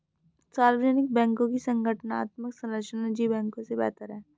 सार्वजनिक बैंकों की संगठनात्मक संरचना निजी बैंकों से बेहतर है